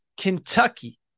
Kentucky